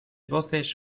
voces